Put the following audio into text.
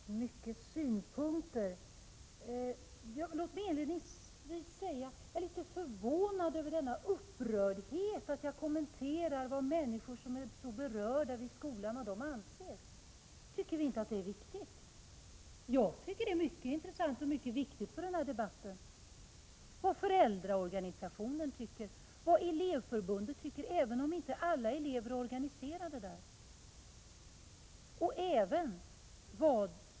Herr talman! Det var många synpunkter. Låt mig inledningsvis säga att jag är riktigt förvånad över denna upprördhet över att jag kommenterade vad berörda människor vid skolan anser. Tycker vi inte att det är viktigt? Jag tycker att det är mycket intressant och mycket viktigt för denna debatt vad föräldraorganisationen, lärarorganisationen och elevförbundet tycker — även om inte alla elever är organiserade.